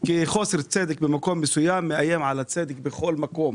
כי חוסר צדק במקום מסוים מאיים על הצדק בכל מקום.